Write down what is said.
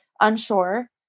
unsure